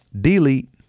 delete